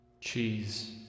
Cheese